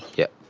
yep.